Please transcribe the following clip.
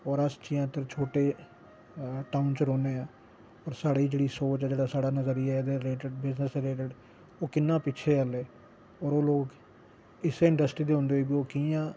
होर अस जियां छोटे टाउन च रौह्ने आं होर साढ़ी जेह्ड़ी सोच ऐ जेह्ड़ा नज़रिया ऐ एहदे रिलेटड बिजनस रिलेटड ओह् किन्ना पिच्छे ऐ एल्लै होर ओह् लोक इस इंड़स्ट्री दे होंदे होई बी ओह् कि'यां